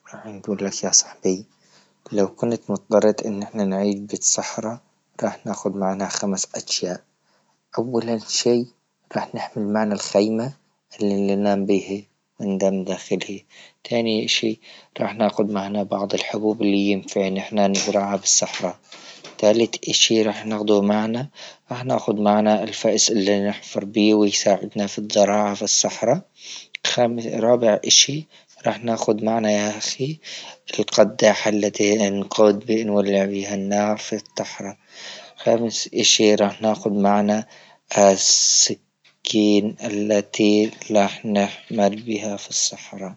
راح نقولك يا صاحبي لو كنت مضطرة أن أحنا نعيد بالصحراء ناخد معنا خمس أشياء، أولا شيء راح نحمل معنى الخايمة اللي ننام به وندم داخلهي، ثاني إشي راح ناخد معنا بعض الحبوب اللي ينفع أن أحنا نزرعها بالصحراء ثالث إشي راح ناخده معنا راح ناخد معنا الفائس اللي نحفر به ويساعدنا في الزراعة في الصحراء، خامس رابع إشي راح ناخد معنا يا أخي القداحة اللتي نقود النولع بها النار في تحرة خامس إشي راح ناخد معنا السكين التي نحن نعمل بها في الصحراء.